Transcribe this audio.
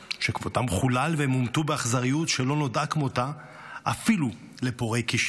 שכבודם חולל והם הומתו באכזריות שלא נודעה כמותה אפילו לפורעי קישינב?